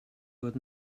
fod